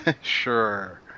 sure